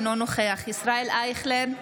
אינו נוכח ישראל אייכלר,